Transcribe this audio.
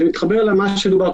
מצד שני,